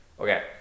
Okay